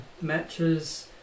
matches